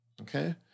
Okay